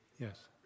Yes